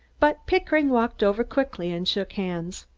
but pickering walked over quickly and shook hands.